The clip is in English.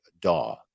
DAW